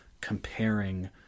comparing